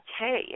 okay